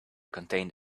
contained